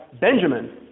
Benjamin